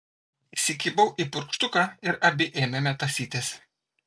įsikibau į purkštuką ir abi ėmėme tąsytis